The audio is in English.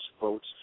votes